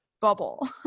bubble